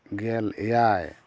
ᱜᱮᱞ ᱮᱭᱟᱭ